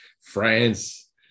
France